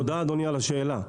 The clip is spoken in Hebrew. תודה, אדוני, על השאלה.